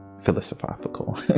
philosophical